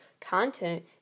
content